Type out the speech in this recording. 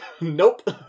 Nope